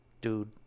dude